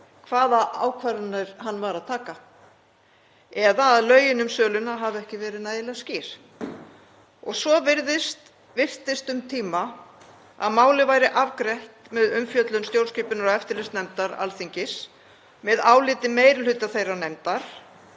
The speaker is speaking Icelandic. hvaða ákvarðanir hann var að taka eða að lögin um söluna hafi ekki verið nægilega skýr. Svo virtist um tíma að málið væri afgreitt með umfjöllun stjórnskipunar- og eftirlitsnefndar Alþingis með áliti meiri hluta þeirrar nefndar